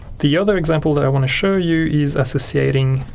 the other example that i want to show you is associating